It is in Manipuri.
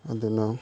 ꯑꯗꯨꯅ